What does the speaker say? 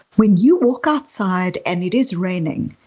when you walk outside and it is raining,